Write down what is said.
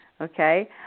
okay